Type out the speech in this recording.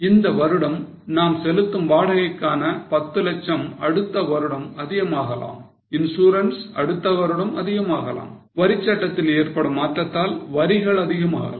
இந்த வருடம் நாம் செலுத்தும் வாடகைக்கான 10 லட்சம் அடுத்த வருடம் அதிகமாகலாம் இன்சூரன்ஸ் அடுத்த வருடம் அதிகமாகலாம் வரிச் சட்டத்தில் ஏற்படும் மாற்றத்தால் வரிகள் அதிகமாகலாம்